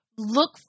look